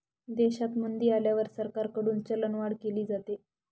देशात मंदी आल्यावर सरकारकडून चलनवाढ केली जाते